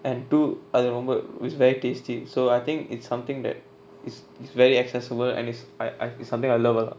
and two அது ரொம்ப:athu romba it's very tasty so I think it's something that is is very accessible and it's something that I love a lot